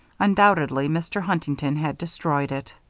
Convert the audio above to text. undoubtedly mr. huntington had destroyed it.